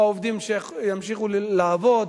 העובדים ימשיכו לעבוד,